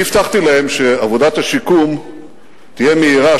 אני הבטחתי להם שעבודת השיקום תהיה מהירה,